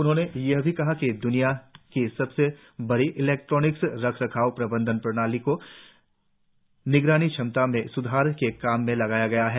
उन्होंने यह भी कहा कि दुनिया की सबसे बड़ी इलेक्ट्रॉनिक्स रख रखाव प्रबंधन प्रणाली को निगरानी क्षमताओं में स्धार के काम में लगाया गया है